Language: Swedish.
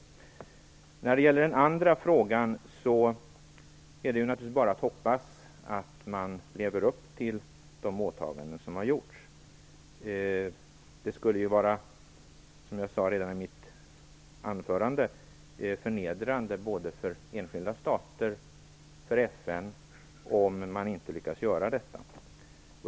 När det gäller den andra frågan är det naturligtvis bara att hoppas att man lever upp till de åtaganden som har gjorts. Det skulle, som jag sade redan i mitt anförande, vara förnedrande både för enskilda stater och för FN om man inte lyckades göra detta.